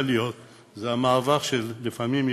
להיות זה גם הנושא של מעבר של ילדים,